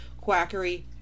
quackery